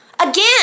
Again